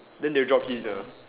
then they'll drop hint ah